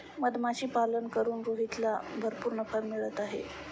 मधमाशीपालन करून रोहितला भरपूर नफा मिळत आहे